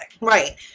right